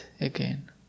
again